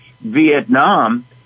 Vietnam